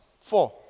Four